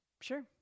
Sure